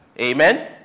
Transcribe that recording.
Amen